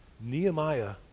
Nehemiah